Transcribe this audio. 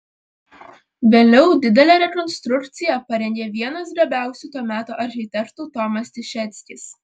vėliau didelę rekonstrukciją parengė vienas gabiausių to meto architektų tomas tišeckis